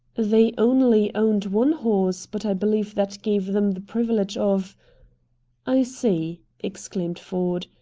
they only owned one horse, but i believe that gave them the privilege of i see, exclaimed ford.